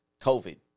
COVID